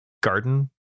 garden